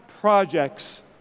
projects